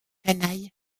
canaille